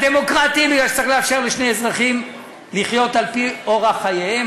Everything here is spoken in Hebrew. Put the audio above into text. מפני שצריך לאפשר לשני אזרחים לחיות על-פי אורח חייהם,